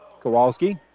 Kowalski